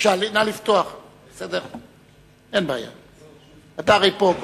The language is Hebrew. ודוח העוני מדבר על